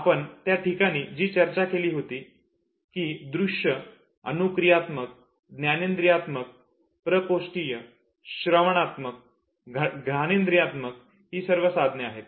आपण त्या ठिकाणी जी चर्चा केली होती की दृश्य अनुक्रियात्मक ज्ञानेन्द्रियात्मक प्रकोष्ठीय श्रवणात्मक घाणेद्रियात्मक ही सर्व साधने आहेत